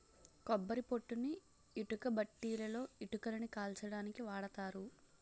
కొబ్బరి పొట్టుని ఇటుకబట్టీలలో ఇటుకలని కాల్చడానికి వాడతారు